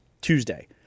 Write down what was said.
Tuesday